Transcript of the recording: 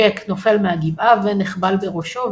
ג'ק נופל מהגבעה ונחבל בראשו,